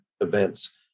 events